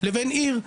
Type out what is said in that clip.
לבין עיר.